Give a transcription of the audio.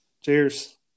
Cheers